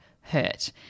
hurt